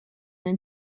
een